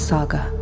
Saga